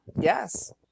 Yes